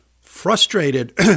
frustrated